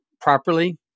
properly